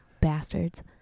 bastards